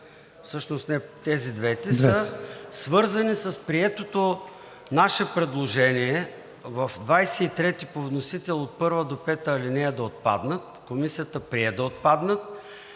всъщност тези двете, са свързани с приетото наше предложение в § 23 по вносител от първа до пета алинея да отпаднат, Комисията прие да отпаднат.